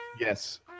yes